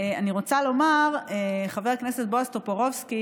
אני רוצה לומר, חבר הכנסת בועז טופורובסקי,